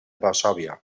varsòvia